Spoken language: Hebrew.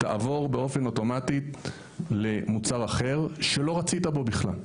תעבור באופן אוטומטי למוצר אחר שלא רצית בו בכלל.